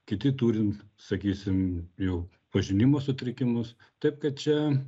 kiti turin sakysim jau pažinimo sutrikimus taip kad čia